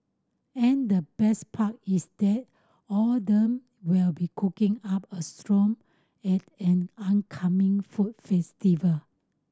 and the best part is that all of them will be cooking up a strong at an oncoming food festival